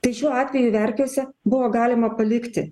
tai šiuo atveju verkiuose buvo galima palikti